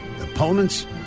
opponents